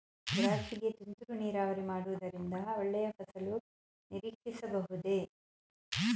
ದ್ರಾಕ್ಷಿ ಗೆ ತುಂತುರು ನೀರಾವರಿ ಮಾಡುವುದರಿಂದ ಒಳ್ಳೆಯ ಫಸಲು ನಿರೀಕ್ಷಿಸಬಹುದೇ?